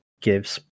gives